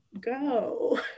go